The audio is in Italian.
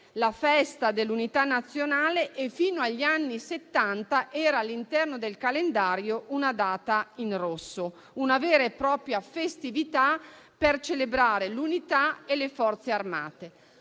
la festa dell'Unità nazionale; fino agli anni Settanta essa era, all'interno del calendario, una data in rosso, una vera e propria festività per celebrare l'unità e le Forze armate.